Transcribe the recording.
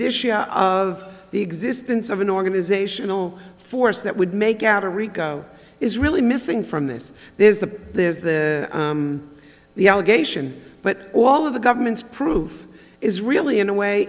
ia of the existence of an organizational force that would make out a rico is really missing from this there's the there's the the allegation but all of the government's proof is really in a way